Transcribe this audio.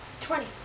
Twenty